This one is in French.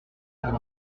pour